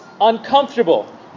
uncomfortable